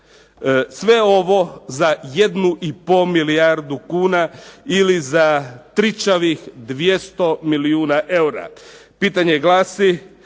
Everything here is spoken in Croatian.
Sve ovo za jednu i pol milijardu kuna ili tričavih 200 milijuna eura. Pitanje glasi